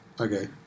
Okay